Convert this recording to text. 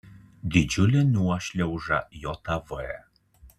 didžiulė nuošliauža jav